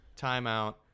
timeout